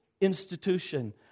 institution